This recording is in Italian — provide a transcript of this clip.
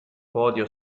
podio